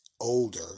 older